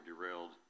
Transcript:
derailed